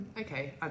okay